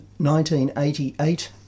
1988